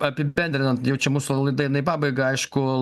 apibendrinant jau čia mūsų laida eina į pabaigą aišku